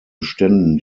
beständen